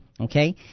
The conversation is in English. okay